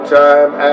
time